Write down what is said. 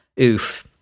Oof